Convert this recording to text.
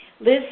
Liz